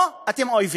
או: אתם אויבים.